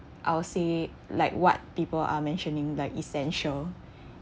I'll say like what people are mentioning like essential